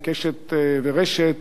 "קשת" ו"רשת",